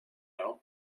know